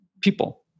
people